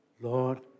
Lord